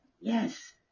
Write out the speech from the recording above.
yes